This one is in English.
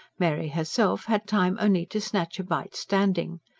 mary herself had time only to snatch a bite standing.